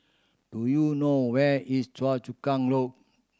do you know where is Choa Chu Kang Loop